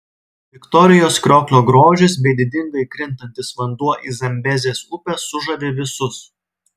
viktorijos krioklio grožis bei didingai krintantis vanduo į zambezės upę sužavi visus